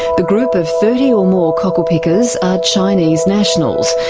the group of thirty or more cockle pickers are chinese nationals.